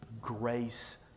grace